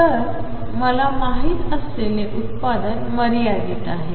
तर मला माहित असलेले उत्पादन मर्यादित आहे